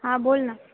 हां बोल ना